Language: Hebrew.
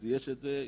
אז יש את זה.